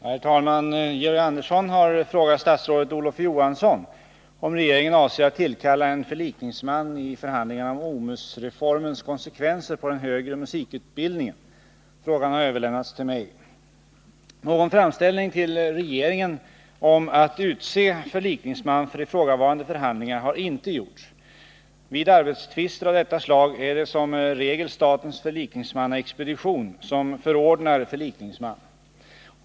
Herr talman! Georg Andersson har frågat statsrådet Olof Johansson om regeringen avser att tillkalla en förlikningsman i förhandlingarna om OMUS-reformens konsekvenser för den högre musikutbildningen. Frågan har överlämnats till mig. Någon framställning till regeringen om att utse förlikningsman för ifrågavarande förhandlingar har inte gjorts. Vid arbetstvister av detta slag är det som regel statens förlikningsmannaexpedition som förordnar om förlikningsman.